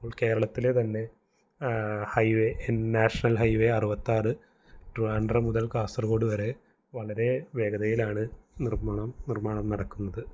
അപ്പോൾ കേരളത്തിലെ തന്നെ ഹൈവേ നാഷണൽ ഹൈവേ അറുപത്താറ് ട്രിവാൻഡ്രം മുതൽ കാസർഗോഡ് വരെ വളരെ വേഗതയിലാണ് നിർമ്മാണം നിർമ്മാണം നടക്കുന്നത്